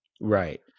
Right